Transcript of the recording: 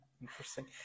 interesting